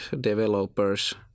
developers